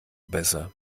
besser